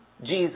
Jesus